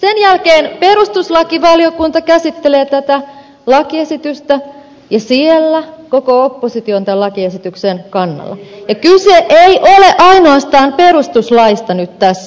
sen jälkeen perustuslakivaliokunta käsittelee tätä lakiesitystä ja siellä koko oppositio on tämän lakiesityksen kannalla ja kyse ei ole ainoastaan perustuslaista nyt tässä